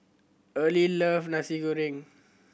Early love Nasi Goreng